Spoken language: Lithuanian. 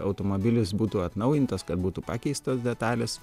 automobilis būtų atnaujintas kad būtų pakeistos detalės